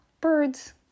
birds